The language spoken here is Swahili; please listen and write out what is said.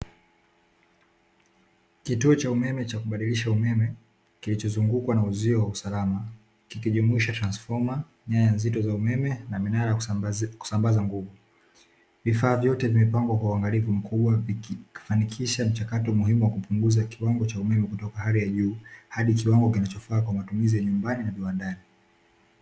Kituo cha umeme cha kubadilisha umeme, kilichozungukwa na uzio wa usalama, kikijumuisha transfoma, nyaya nzito za umeme na minara ya kusambaza nguvu. Vifaa vyote vimepangwa kwa uangalifu mkubwa, vikifanikisha mchakato muhimu wa kupunguza kiwango cha umeme kutoka hali ya juu hadi kiwango kinachofaa kwa matumizi ya nyumbani na viwandani.